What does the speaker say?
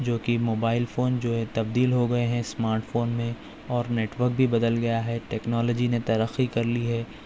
جو کہ mobile phone جو ہے تبدیل ہو گئے ہیں اسمارٹ فون میں اور نیٹورک بھی بدل گیا ہے ٹیکنالوجی نے ترقی کر لی ہے